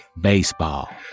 Baseball